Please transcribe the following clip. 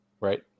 Right